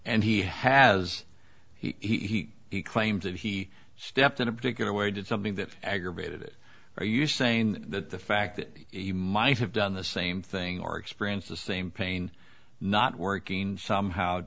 and he has he he claims that he stepped in a particular way did something that aggravated it are you saying that the fact that you might have done the same thing or experienced the same pain not working somehow